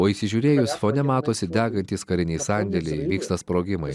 o įsižiūrėjus fone matosi degantys kariniai sandėliai vyksta sprogimai